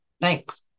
Thanks